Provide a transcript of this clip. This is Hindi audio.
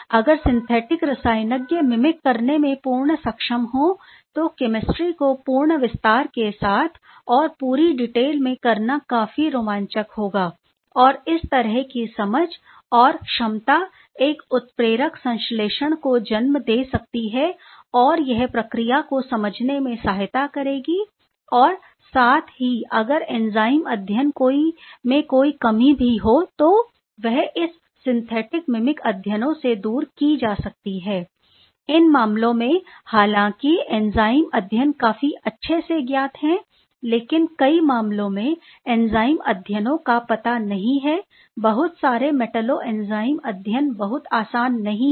अगर सिंथेटिक रसायनज्ञ मिमिक करने में पूर्ण सक्षम हो तो केमिस्ट्री को पूर्ण विस्तार के साथ और पूरी डिटेल में करना काफी रोमांचक होगा और इस तरह की समझ और क्षमता एक उत्प्रेरक संश्लेषण को जन्म दे सकती है और यह प्रक्रिया को समझने में सहायता करेगी और साथ ही अगर एंजाइम अध्ययन कोई कमी भी हो तो वह इस सिंथेटिक मिमिक अध्ययनों से दूर की जा सकती है इन मामलों में हालांकि एंजाइम अध्ययन काफी अच्छे ज्ञात हैं लेकिन कई मामलों में एंजाइम अध्ययनों का पता नहीं है बहुत सारे मेटालोएंजाइम अध्ययन बहुत आसान नहीं हैं